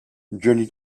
journey